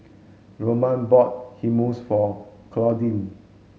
Roman bought Hummus for Claudine